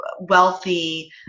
wealthy